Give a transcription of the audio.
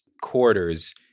quarters